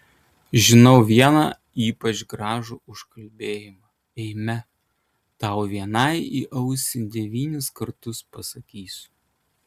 žinau vieną ypač gražų užkalbėjimą eime tau vienai į ausį devynis kartus pasakysiu